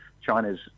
China's